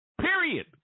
Period